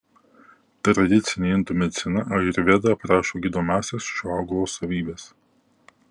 tradicinė indų medicina ajurveda aprašo gydomąsias šio augalo savybes